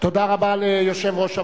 תודה רבה ליושב-ראש הוועדה.